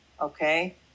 Okay